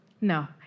No